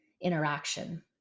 interaction